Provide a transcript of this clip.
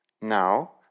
Now